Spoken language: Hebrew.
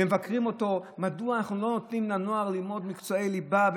ומבקרים אותו: מדוע אנחנו לא נותנים לנוער ללמוד מקצועי ליבה,